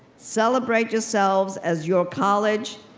celebrate yourselves as your college,